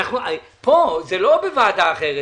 פה זה לא בוועדה אחרת,